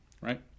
right